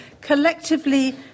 collectively